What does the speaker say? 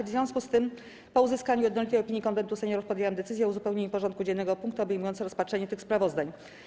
W związku z tym, po uzyskaniu jednolitej opinii Konwentu Seniorów, podjęłam decyzję o uzupełnieniu porządku dziennego o punkty obejmujące rozpatrzenie tych sprawozdań.